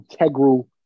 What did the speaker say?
integral